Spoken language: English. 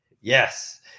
Yes